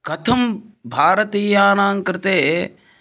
कथं भारतीयानाङ्कृते